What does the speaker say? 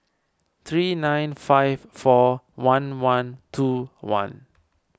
three nine five four one one two one